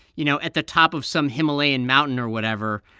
you know, at the top of some himalayan mountain or whatever.